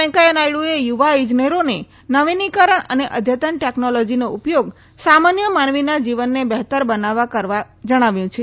વેંકૈયા નાયડુએ યુવા ઇજનેરોને નવિનીકરણ અને અદ્યતન ટેકનોલોજીનો ઉપયોગ સામાન્ય માનવીના જીવનને બહેતર બનાવવા કરવા જણાવ્યું છે